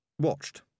watched